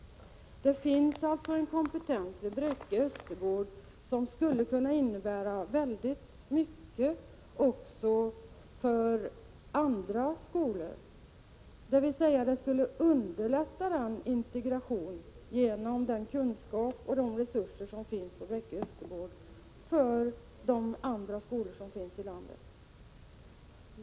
Men det finns alltså en kompetens vid Bräcke Östergård som skulle kunna innebära mycket också för andra skolor, dvs. att integrationen vid andra skolor i landet skulle kunna underlättas genom den kunskap och de resurser som finns på Bräcke Östergård.